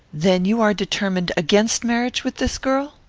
then you are determined against marriage with this girl?